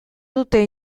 dute